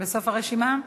בסוף הרשימה?